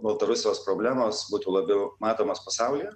baltarusijos problemos būtų labiau matomos pasaulyje